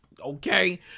okay